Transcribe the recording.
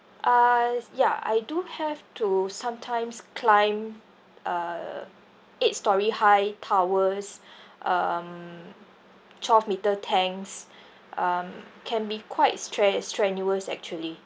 uh s~ ya I do have to sometimes climb uh eight storey high towers um twelve meter tanks um can be quite stre~ strenuous actually